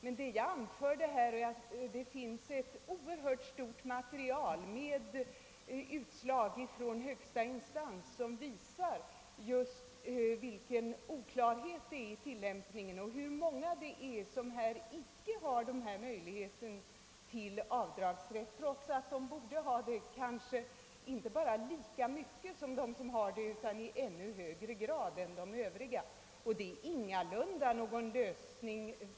Det finns här, som jag tidigare sagt, ett oerhört stort material — bl.a. utslag från högsta instans — som visar vilken oklarhet det råder i tilllämpningen och hur många det är som saknar avdragsrätt. Detta gäller ofta personer som borde ha rätt till ännu större avdrag än som nu tillkommer vissa kategorier.